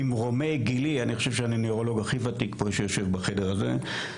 ממרומי גילי אני חושב שאני הנוירולוג הכי ותיק שיושב בחדר הזה.